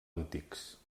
antics